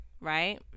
right